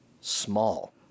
small